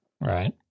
Right